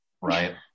Right